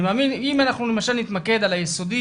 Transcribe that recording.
אם אנחנו למשל נתמקד על היסודי,